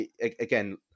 again